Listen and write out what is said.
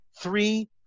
three